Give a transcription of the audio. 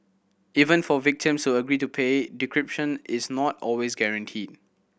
even for victims who agree to pay decryption is not always guaranteed